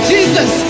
Jesus